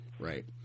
Right